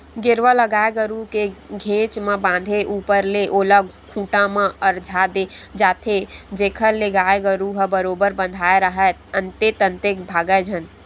गेरवा ल गाय गरु के घेंच म बांधे ऊपर ले ओला खूंटा म अरझा दे जाथे जेखर ले गाय गरु ह बरोबर बंधाय राहय अंते तंते भागय झन